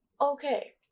Okay